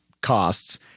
costs